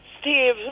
Steve